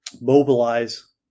mobilize